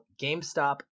GameStop